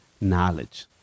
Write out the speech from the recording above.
knowledge